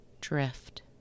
drift